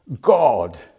God